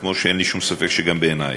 כמו שאין לי שום ספק שגם בעינייך.